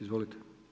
Izvolite.